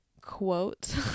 quote